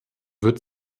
wird